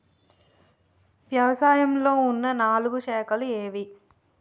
వ్యవసాయంలో ఉన్న నాలుగు శాఖలు ఏవి?